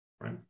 right